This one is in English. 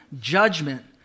judgment